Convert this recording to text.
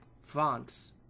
France